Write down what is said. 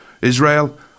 Israel